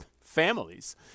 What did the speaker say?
Families